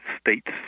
States